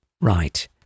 Right